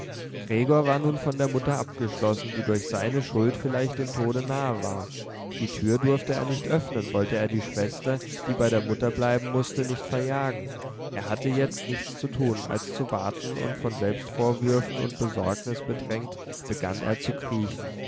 gregor war nun von der mutter abgeschlossen die durch seine schuld vielleicht dem tode nahe war die tür durfte er nicht öffnen wollte er die schwester die bei der mutter bleiben mußte nicht verjagen er hatte jetzt nichts zu tun als zu warten und von selbstvorwürfen und besorgnis bedrängt begann er zu kriechen